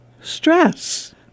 Stress